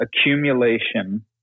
accumulation